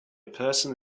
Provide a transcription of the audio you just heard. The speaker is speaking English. person